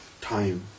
time